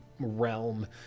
realm